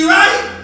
right